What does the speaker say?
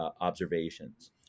observations